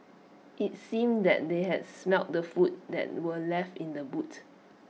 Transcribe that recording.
IT seemed that they had smelt the food that were left in the boot